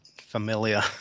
familiar